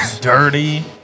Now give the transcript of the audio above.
Dirty